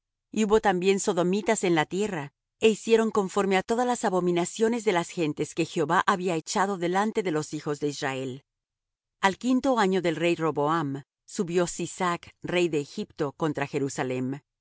hubo también sodomitas en la tierra é hicieron conforme á todas las abominaciones de las gentes que jehová había echado delante de los hijos de israel al quinto año del rey roboam subió sisac rey de egipto contra jerusalem